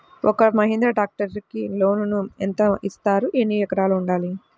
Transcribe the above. ఒక్క మహీంద్రా ట్రాక్టర్కి లోనును యెంత ఇస్తారు? ఎన్ని ఎకరాలు ఉండాలి?